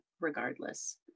regardless